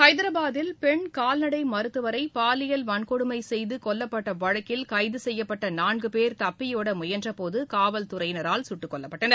ஐதராபாத்தில் பெண் கால்நடை மருத்துவரை பாலியல் வன்கொடுமை செய்து கொல்லப்பட்ட வழக்கில் கைது செய்யப்பட்ட நான்கு பேர் தப்பியோட முயன்றபோது காவல்துறையினரால் சுட்டு கொல்லப்பட்டனர்